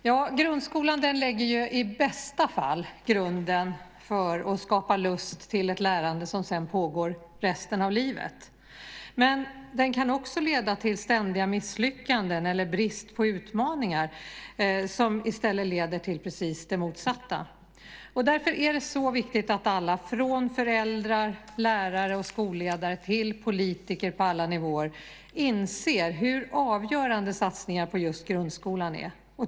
Herr talman! Grundskolan lägger i bästa fall grunden till och skapar lust till ett lärande som sedan pågår resten av livet. Men den kan också leda till ständiga misslyckanden eller brist på utmaningar, som i stället leder till precis det motsatta. Därför är det viktigt att alla, från föräldrar, lärare och skolledare till politiker på alla nivåer, inser hur avgörande satsningar just på grundskolan är.